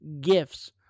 gifts